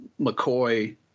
McCoy